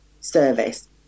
service